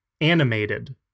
animated